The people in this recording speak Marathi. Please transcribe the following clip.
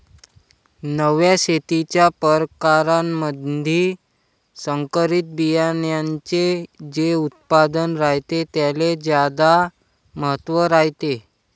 नव्या शेतीच्या परकारामंधी संकरित बियान्याचे जे उत्पादन रायते त्याले ज्यादा महत्त्व रायते